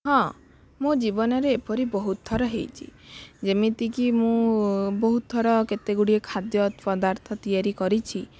ହଁ ମୋ ଜୀବନରେ ଏପରି ବହୁତ ଥର ହେଇଛି ଯେମିତିକି ମୁଁ ବହୁତ ଥର କେତେ ଗୁଡ଼ିଏ ଖାଦ୍ୟ ପଦାର୍ଥ ତିଆରି କରିଛି